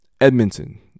Edmonton